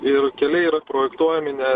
ir keliai yra projektuojami ne